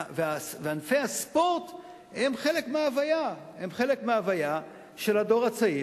וענפי הספורט הם חלק מההוויה של הדור הצעיר,